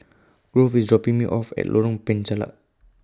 Grove IS dropping Me off At Lorong Penchalak